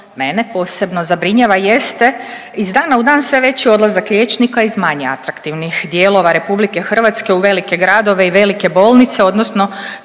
mene posebno zabrinjava jeste iz dana u dan sve veći odlazak liječnika iz manje atraktivnih dijelova RH u velike gradove i velike bolnice odnosno